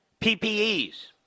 PPEs